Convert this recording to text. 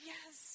Yes